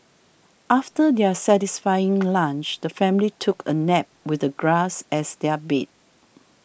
after their satisfying lunch the family took a nap with the grass as their bed